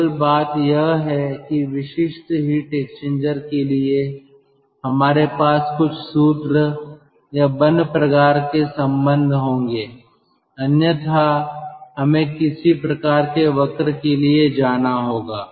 केवल बात यह है कि कुछ विशिष्ट हीट एक्सचेंजर के लिए हमारे पास कुछ सूत्र या बंद प्रकार के संबंध होंगे अन्यथा हमें किसी प्रकार के वक्र के लिए जाना होगा